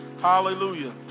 Hallelujah